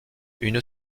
une